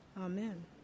Amen